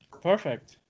Perfect